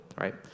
right